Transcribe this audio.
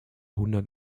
hundert